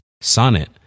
Sonnet